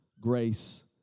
grace